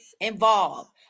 involved